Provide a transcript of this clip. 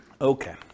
Okay